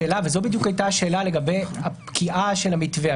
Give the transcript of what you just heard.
זו בדיוק הייתה השאלה לגבי הפקיעה של המתווה.